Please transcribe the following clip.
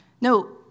No